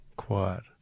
quiet